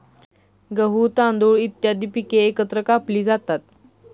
गहू, तांदूळ इत्यादी पिके एकत्र कापली जातात